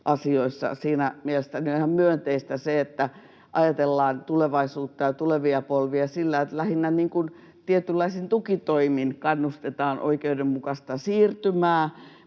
Siinä mielestäni on ihan myönteistä se, että ajatellaan tulevaisuutta ja tulevia polvia sillä, että lähinnä tietynlaisin tukitoimin kannustetaan oikeudenmukaista siirtymää.